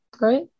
right